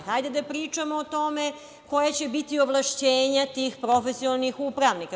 Hajde da pričamo o tome koja će biti ovlašćenja tih profesionalnih upravnika.